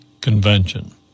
convention